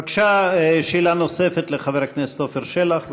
אפשר שאלת המשך?